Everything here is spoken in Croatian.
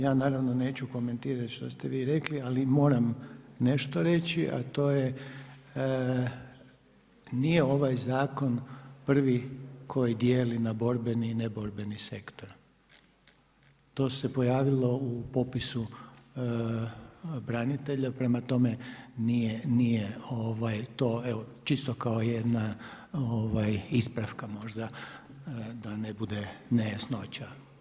Ja naravno neću komentirati što ste vi rekli, ali moram nešto reći, a to je nije ovaj zakon prvi koji dijeli na borbeni i neborbeni sektor, to se pojavilo u popisu branitelja, prema tome nije to, evo čisto kao jedna ispravka možda da ne bude nejasnoća.